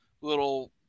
little